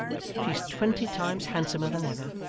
she's twenty times handsomer than ever.